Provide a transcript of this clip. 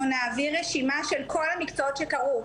אנחנו נעביר רשימה של כל המקצועות שקרו.